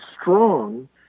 strong